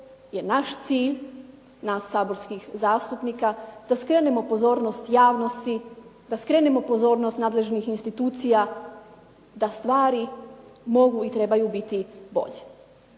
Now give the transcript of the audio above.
je naš cilj nas saborskih zastupnika da skrenemo pozornost javnosti, da skrenemo pozornost nadležnih institucija da stvari mogu i trebaju biti bolje.